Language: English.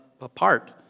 apart